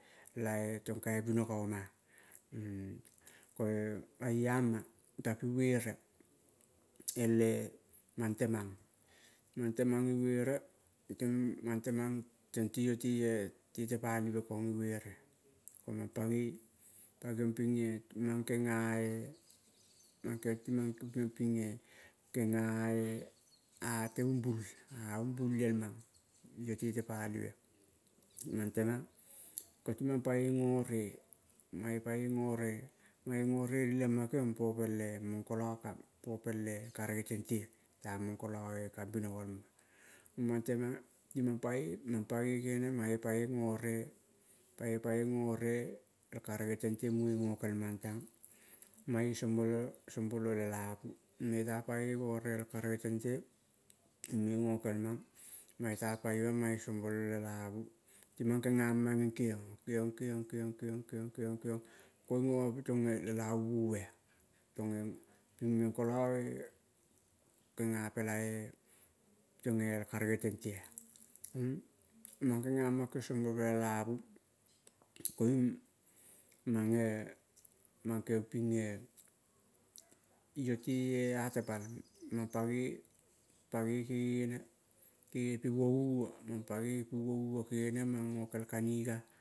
Teng kaibino go oma ah pa iama tapi buere el-e mang temang, mang temang ibure tong tiyo te-e tepalive kong i buere mang pagoi geong ping e mang kenga e a te umbul an umbul liel mang yo tete palive mang temang, pati mang pagoi gore mange pagoi gore mange go rere lema kegiong popel eh, popel-e karege tente an tamong koio e kabino gol mo, mang temang timang mange pagoi gore el karege tente muge gokel mang tang, mange sombolo lelavu mange ta pagoi gore el karege tente muge gokel mang mange tapagoi mange sombolo lelavu. Timang kenga ma meng kegiong, kegiong, kegiong, koing omo peleng lelavu buove tong-en ping neng kolo-e genga pela-e tong ei karege tente ah. Mang genga ma soboio pela lelavu. Koing, mange, mang. Kegiong ping-e yote-e ah tepal mang pagoi, pagoi kegene pi muo uo kaniga.